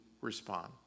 respond